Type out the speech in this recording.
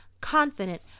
confident